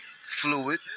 fluid